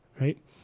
right